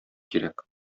кирәк